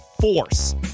force